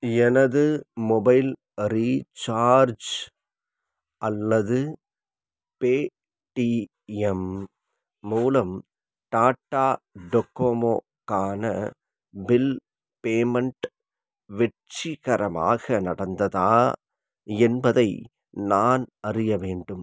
எனது mobile recharge அல்லது Paytm மூலம் டாடா டோக்கோமோக்கான பில் பேமெண்ட் வெற்றிகரமாக நடந்ததா என்பதை நான் அறிய வேண்டும்